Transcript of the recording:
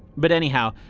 but anyhow,